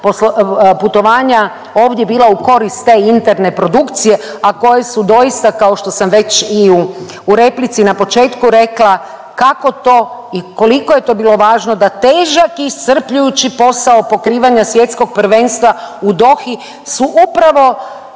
putovanja ovdje bila u korist te interne produkcije, a koja su doista kao što sam već i u replici na početku rekla kako to i koliko je to bilo važno da težak i iscrpljujući posao pokrivanja Svjetskog prvenstva u Dohi su upravo